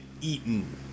eaten